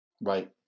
Right